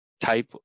type